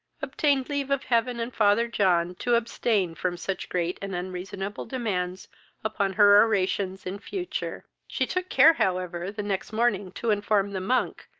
obtained leave of heaven and father john to abstain from such great and unreasonable demands upon her oraisons in future she took care, however, the next morning to inform the monk,